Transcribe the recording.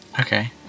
Okay